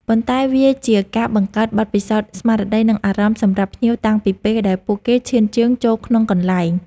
ប៉ុន្តែវាជាការបង្កើតបទពិសោធន៍ស្មារតី និងអារម្មណ៍សំរាប់ភ្ញៀវតាំងពីពេលដែលពួកគេឈានជើងចូលក្នុងកន្លែង។